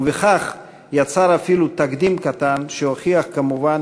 ובכך יצר אפילו תקדים קטן שהוכיח כמובן